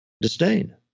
disdain